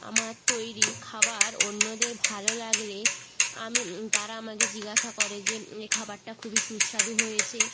আমার তৈরী খাবার অন্যদের ভালো লাগলে আমি তারা আমাকে জিজ্ঞাসা করে যে এ খাবারটা খুবই সুস্বাদু হয়েছে